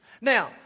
Now